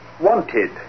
Wanted